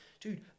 dude